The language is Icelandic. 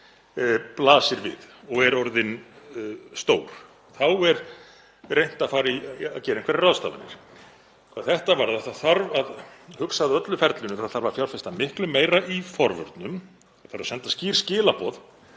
Hvað þetta varðar þá þarf að huga að öllu ferlinu. Það þarf að fjárfesta miklu meira í forvörnum, það þarf að senda skýr skilaboð